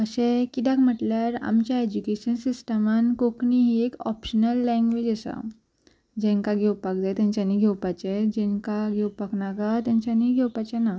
अशें कित्याक म्हटल्यार आमच्या एज्युकेशन सिस्टमान कोंकणी ही एक ऑप्शनल लँग्वेज आसा जेंका घेवपाक जाय तेंच्यांनी घेवपाचें जेंका घेवपाक नाका तेंच्यांनी घेवपाचें ना